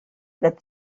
that